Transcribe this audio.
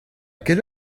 quelle